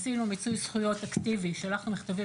עשינו מיצוי זכויות אקטיבי שלחנו מכתבים